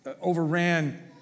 overran